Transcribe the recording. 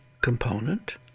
component